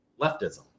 leftism